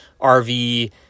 RV